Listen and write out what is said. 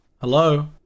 Hello